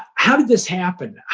how did this happen?